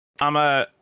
I'ma